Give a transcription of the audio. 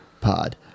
pod